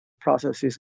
processes